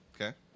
okay